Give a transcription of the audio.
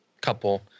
couple